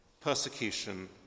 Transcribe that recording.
persecution